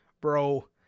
Bro